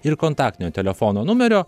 ir kontaktinio telefono numerio